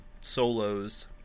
solos